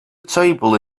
table